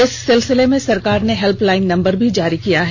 इस सिलसिले में सरकार ने हेल्पलाईन नम्बर भी जारी किये हैं